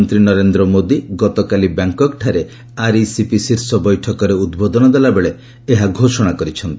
ପ୍ରଧାନମନ୍ତ୍ରୀ ନରେନ୍ଦ୍ର ମୋଦୀ ଗତକାଲି ବ୍ୟାଙ୍କକ୍ଠାରେ ଆର୍ଇସିପି ଶୀର୍ଷ ବୈଠକରେ ଉଦ୍ବୋଧନ ଦେଲାବେଳେ ଏହା ଘୋଷଣା କରିଛନ୍ତି